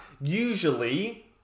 usually